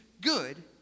good